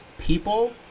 People